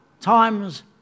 times